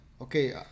okay